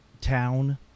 town